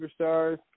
superstars